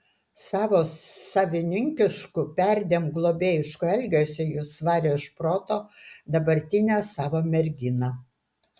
savo savininkišku perdėm globėjišku elgesiu jis varė iš proto dabartinę savo merginą